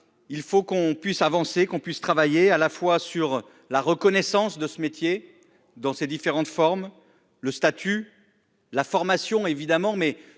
Il faut qu'on puisse avancer, qu'on puisse travailler à la fois sur la reconnaissance de ce métier dans ces différentes formes le statut. La formation évidemment